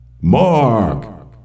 Mark